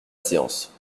séance